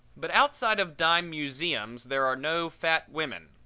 but outside of dime museums there are no fat women.